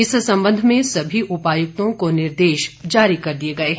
इस संबंध में सभी उपायुक्त को निर्देश जारी कर दिए गए हैं